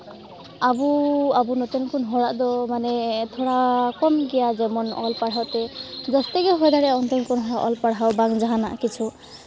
ᱟᱵᱚ ᱟᱵᱚ ᱱᱚᱛᱮᱱ ᱠᱚ ᱦᱚᱲᱟᱜ ᱫᱚ ᱢᱟᱱᱮ ᱛᱷᱚᱲᱟ ᱠᱚᱢ ᱜᱮᱭᱟ ᱡᱮᱢᱚᱱ ᱚᱞ ᱯᱟᱲᱦᱟᱣ ᱛᱮ ᱡᱟᱹᱥᱛᱤ ᱜᱮ ᱦᱩᱭ ᱫᱟᱲᱮᱭᱟᱜᱼᱟ ᱚᱱᱛᱮᱱ ᱠᱚᱦᱚᱸ ᱚᱞ ᱯᱟᱲᱦᱟᱣ ᱵᱟᱝ ᱡᱟᱦᱟᱱᱟᱜ ᱠᱤᱪᱷᱩ